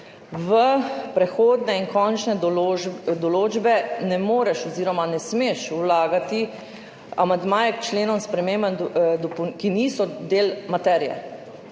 v prehodne in končne določbe ne moreš oziroma ne smeš vlagati amandmajev k členom, spremembam, ki niso del materije.